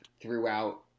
throughout